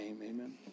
Amen